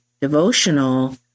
devotional